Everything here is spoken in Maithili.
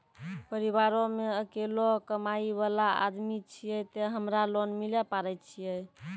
परिवारों मे अकेलो कमाई वाला आदमी छियै ते हमरा लोन मिले पारे छियै?